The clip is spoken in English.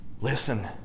Listen